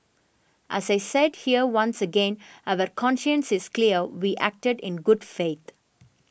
as I said here once again our conscience is clear we acted in good faith